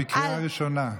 את בקריאה ראשונה.